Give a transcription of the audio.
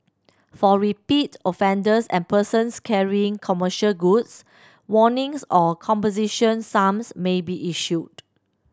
for repeat offenders and persons carrying commercial goods warnings or composition sums may be issued